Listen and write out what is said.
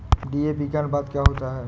DAP का अनुपात क्या होता है?